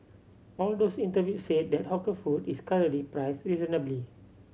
all of those interviewed said that hawker food is currently priced reasonably